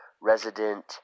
Resident